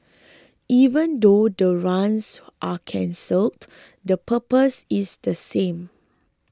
even though the runs are cancelled the purpose is the same